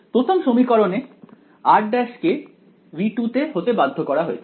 প্রথম সমীকরণে r' কে V2 তে হতে বাধ্য করা হয়েছে